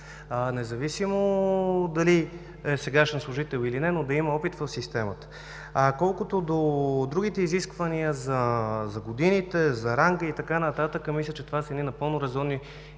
Независимо дали е сегашен служител, или не, но да има опит в системата. Колкото до другите изисквания за годините, за ранга и така нататък мисля, че това са едни напълно резонни